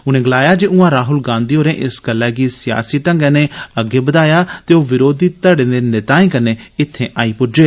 उनें गलाया जे उआं राहुल गांधी होरें इस गल्ला गी सियासी ढंगै कन्नै अग्गै बदाया ते ओ विरोघी घड़ें दे नेताएं कन्नै इत्थे पुज्जे